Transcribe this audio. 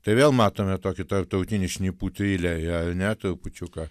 tai vėl matome tokį tarptautinį šnipų trilerį ar ne trupučiuką